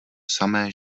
samé